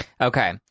okay